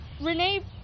Renee